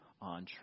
on